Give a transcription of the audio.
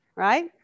right